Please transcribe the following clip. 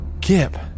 Kip